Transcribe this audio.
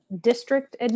district